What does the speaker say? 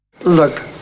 Look